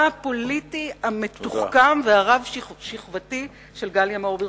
הפוליטי המתוחכם והרב-שכבתי של גליה מאור.